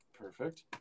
Perfect